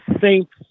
Saints